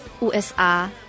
USA